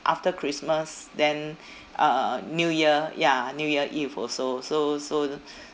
after christmas then uh new year ya new year eve also so so